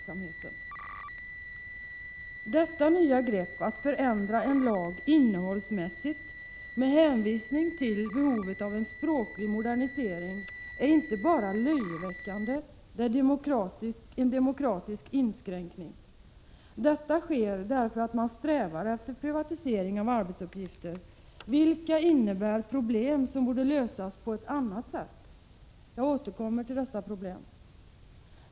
Detta nya grepp att förändra en lag innehållsmässigt med hänsyn till behovet av en språklig modernisering är inte bara löjeväckande, det är en demokratisk inskränkning. Detta sker därför att man strävar efter privatisering av arbetsuppgifter vilka medför problem som borde lösas på ett helt 39 annat sätt. Jag återkommer till dessa problem.